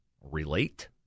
relate